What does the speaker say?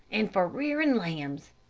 and for rearing lambs.